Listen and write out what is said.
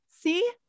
See